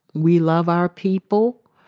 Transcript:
we love our people.